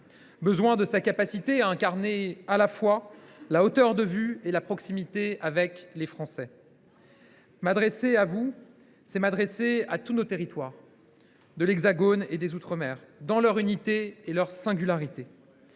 et de sa capacité à incarner à la fois la hauteur de vue et la proximité avec les Français. M’adresser à vous, c’est m’adresser à tous nos territoires, de l’Hexagone et des outre mer, dans leur unité et leur singularité.